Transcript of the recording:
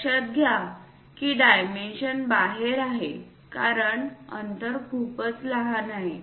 लक्षात घ्या की डायमेन्शन बाहेर आहे कारण अंतर खूपच लहान आहे